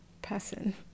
person